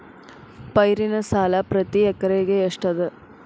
ಪೈರಿನ ಸಾಲಾ ಪ್ರತಿ ಎಕರೆಗೆ ಎಷ್ಟ ಅದ?